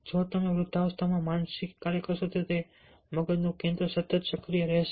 જો તમે વૃદ્ધાવસ્થામાં માનસિક કાર્ય કરશો તો મગજનું કેન્દ્ર સતત સક્રિય રહેશે